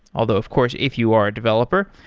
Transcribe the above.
although of course if you are a developer,